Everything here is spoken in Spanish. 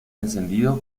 encendido